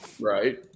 Right